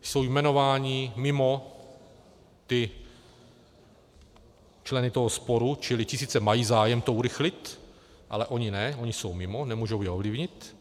Jsou jmenováni mimo ty členy toho sporu, čili ti sice mají zájem to urychlit, ale oni ne, oni jsou mimo, nemůžou je ovlivnit.